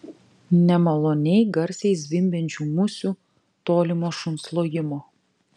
nemaloniai garsiai zvimbiančių musių tolimo šuns lojimo